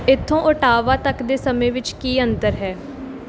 ਇੱਥੋਂ ਓਟਾਵਾ ਤੱਕ ਦੇ ਸਮੇਂ ਵਿੱਚ ਕੀ ਅੰਤਰ ਹੈ